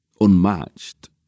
unmatched